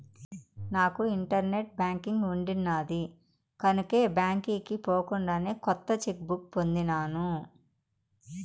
నాకు internet banking ఉండిన్నాది కనుకే బాంకీకి పోకుండానే కొత్త చెక్ బుక్ పొందినాను